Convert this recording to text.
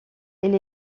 elle